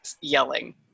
yelling